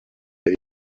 they